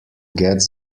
gets